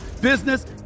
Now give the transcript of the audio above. business